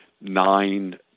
nine